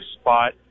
spot